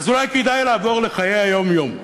אז אולי כדאי לעבור לחיי היום-יום,